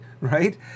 right